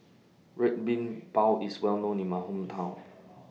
Red Bean Bao IS Well known in My Hometown